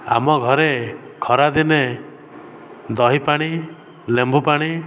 ଆମ ଘରେ ଖରାଦିନେ ଦହି ପାଣି ଲେମ୍ବୁ ପାଣି